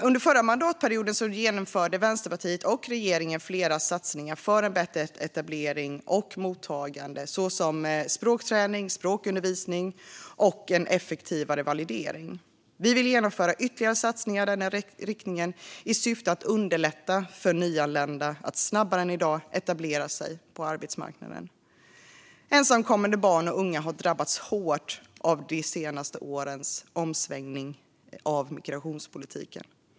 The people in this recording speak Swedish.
Under förra mandatperioden genomförde Vänsterpartiet och regeringen flera satsningar för bättre etablering och mottagande, såsom språkträning, språkundervisning och effektivare validering. Vi vill genomföra ytterligare satsningar i denna riktning i syfte att underlätta för nyanlända att snabbare än i dag etablera sig på arbetsmarknaden. Ensamkommande barn och unga har drabbats hårt av de senaste årens omsvängning av migrationspolitiken.